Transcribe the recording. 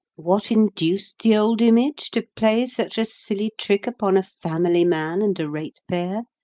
what induced the old image to play such a silly trick upon a family man and a ratepayer? ah!